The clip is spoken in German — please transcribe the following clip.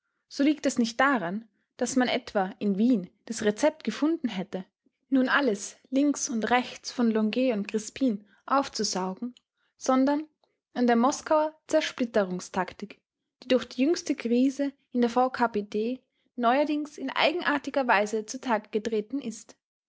so liegt das nicht daran daß man etwa in wien das rezept gefunden hätte nun alles links und rechts von longuet und crispien aufzusaugen sondern an der moskauer zersplitterungstaktik die durch die jüngste krise in der v k p d neuerdings in eigenartiger weise zutage getreten ist